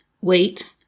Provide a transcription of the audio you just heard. wait